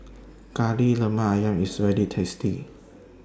Kari Lemak Ayam IS very tasty